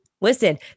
listen